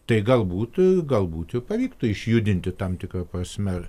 tai galbūt galbūt ir pavyktų išjudinti tam tikra prasme ir